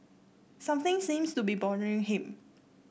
something seems to be bothering him